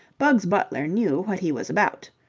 bugs butler knew what he was about.